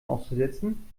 auszusetzen